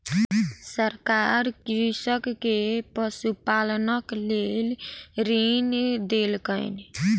सरकार कृषक के पशुपालनक लेल ऋण देलकैन